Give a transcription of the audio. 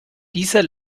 dieser